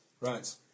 right